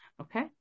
okay